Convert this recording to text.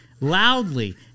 loudly